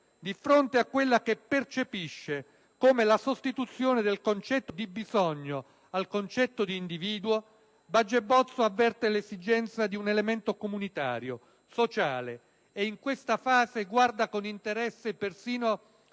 Di fronte a quella che percepisce come la sostituzione del concetto di bisogno al concetto di individuo, Baget Bozzo avverte l'esigenza di un elemento comunitario e sociale e, in questa fase, guarda con interesse persino